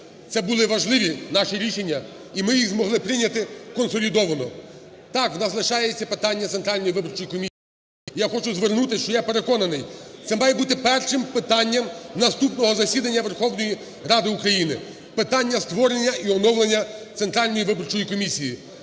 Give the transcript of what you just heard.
Це були важливі наші рішення, і ми їх змогли прийняти консолідовано. Так, в нас лишається питання Центральної виборчої комісії. Я хочу звернутися, що я переконаний, це має бути першим питання наступного засідання Верховної Ради України – питання створення і оновлення Центральної виборчої комісії.